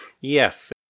Yes